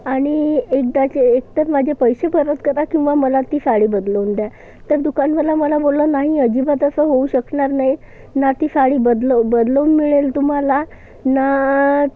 आणि एकदाचे एक तर माझे पैसे परत करा किंवा मला ती साडी बदलवून द्या तर दुकानवाला मला बोलला नाही अजिबात असं होऊ शकणार नाही ना ती साडी बदलवू बदलवून मिळेल तुम्हाला ना